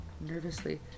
nervously